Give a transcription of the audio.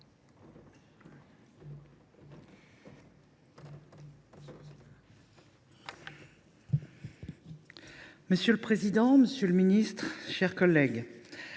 Monsieur le président, monsieur le ministre, mes chers collègues,